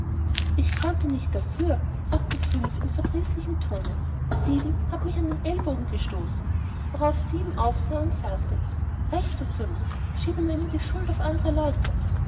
ich konnte nicht dafür sagte fünf in verdrießlichem tone sieben hat mich an den ellbogen gestoßen worauf sieben aufsah und sagte recht so fünf schiebe immer die schuld auf andre leute